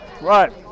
Right